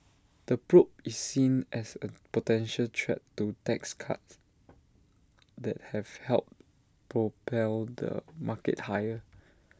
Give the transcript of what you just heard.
the probe is seen as A potential threat to tax cuts that have helped propel the market higher